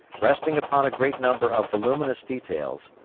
resting upon a great number of voluminous details,